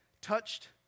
touched